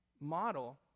model